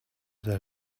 that